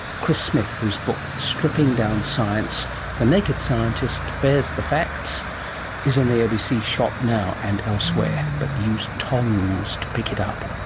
chris smith, whose book stripping down science the naked scientist bares the facts is in the abc shop now and elsewhere, but use tongs to pick it up